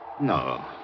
No